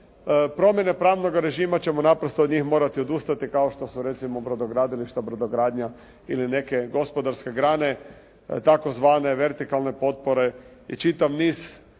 promjene pravnoga režima ćemo naprosto od njih morati odustati, kao što su recimo brodogradilišta, brodogradnja, ili neke gospodarske grane, tzv. vertikalne potpore i čitav niz svih